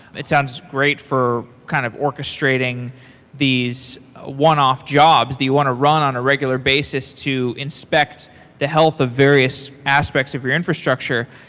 it sounds great for kind of orchestrating these one-off jobs that you want to run on a regular basis to inspect the health of various aspects of your infrastructure.